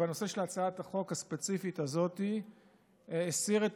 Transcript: שבנושא של הצעת החוק הספציפית הזאת הסיר את